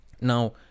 Now